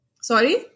Sorry